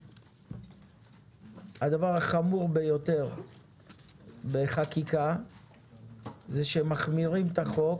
הדבר החמור ביותר בחקיקה זה שמחמירים את החוק